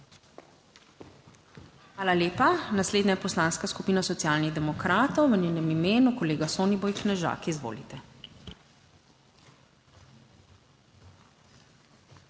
Hvala lepa. Naslednja Poslanska skupina Socialnih demokratov, v njenem imenu kolega Soniboj Knežak. Izvolite.